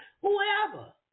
whoever